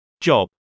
job